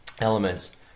elements